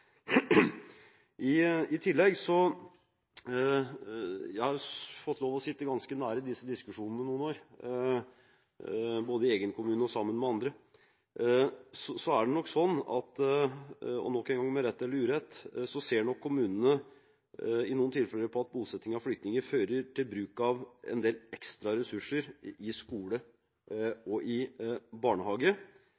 I tillegg ser nok kommunene – jeg har fått lov til å sitte ganske nær disse diskusjonene noen år, både i egen kommune og sammen med andre – og nok en gang med rette eller urette, i noen tilfeller på at bosetting av flyktninger fører til bruk av en del ekstra ressurser i skole